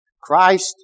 Christ